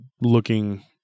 looking